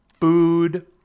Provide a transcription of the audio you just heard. food